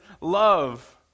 love